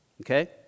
Okay